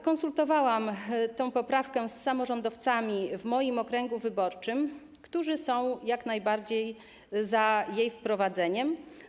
Konsultowałam tę poprawkę z samorządowcami w moim okręgu wyborczym, którzy są jak najbardziej za jej wprowadzeniem.